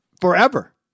forever